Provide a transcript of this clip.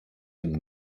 dem